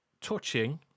touching